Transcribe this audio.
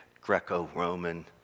Greco-Roman